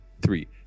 three